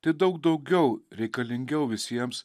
tai daug daugiau reikalingiau visiems